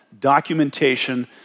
documentation